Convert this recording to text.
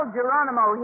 Geronimo